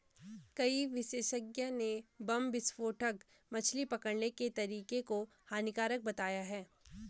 कई विशेषज्ञ ने बम विस्फोटक मछली पकड़ने के तरीके को हानिकारक बताया है